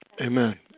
Amen